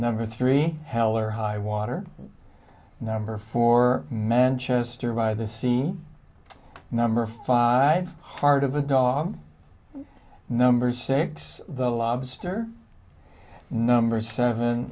number three hell or highwater number for manchester by the scene number five heart of a dog number six the lobster number seven